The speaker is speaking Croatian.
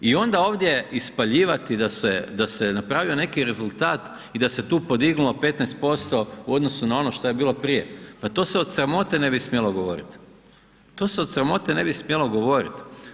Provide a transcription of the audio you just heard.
I onda ovdje ispaljivati da se, da se napravio neki rezultat i da se tu podignulo 15% u odnosu na ono šta je bilo prije, pa to se od sramote ne bi smjelo govorit, to se od sramote ne bi smjelo govorit.